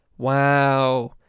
Wow